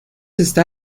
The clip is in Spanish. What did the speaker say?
está